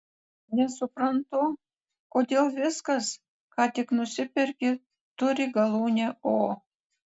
nesuprantu kodėl viskas ką tik nusiperki turi galūnę o